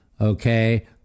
Okay